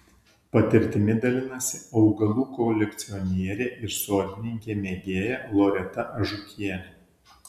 patirtimi dalinasi augalų kolekcionierė ir sodininkė mėgėja loreta ažukienė